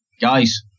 guys